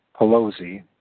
Pelosi